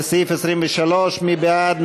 לסעיף 23. מי בעד?